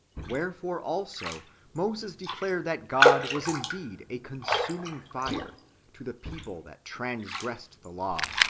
where fore also moses declared that god was indeed a consuming fire to the people that transgressed the law,